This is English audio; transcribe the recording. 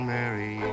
Mary